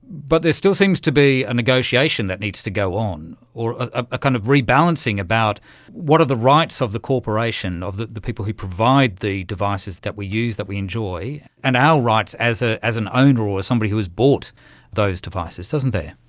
but there still seems to be a negotiation that needs to go on or a kind of rebalancing about what are the rights of the corporation, of the the people who provide the devices that we use that we enjoy, and our rights as ah as an owner or somebody who has bought those devices, doesn't there.